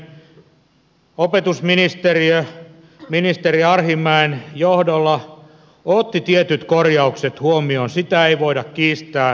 opetusministeriö ministeri arhinmäen johdolla otti tietyt korjaukset huomioon sitä ei voida kiistää